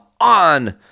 on